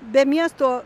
be miesto